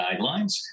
guidelines